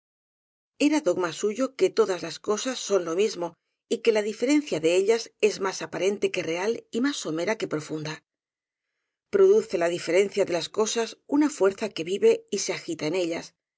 era dogma suyo que todas las co sas son lo mismo y que la diferencia de ellas es más aparente que real y más somera que profunda produce la diferencia de las cosas una fuerza que vive y se agita en ellas